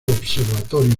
observatorio